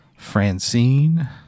Francine